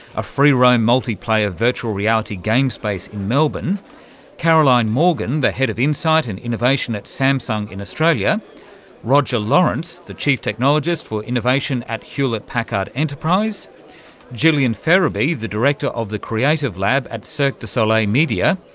a free-roam multiplayer virtual reality game space in melbourne caroline morgan, the head of insight and innovation at samsung in australia roger lawrence, the chief technologist for innovation at hewlett packard enterprise gillian ferrabee, the director of the creative lab at cirque du soleil media,